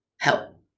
help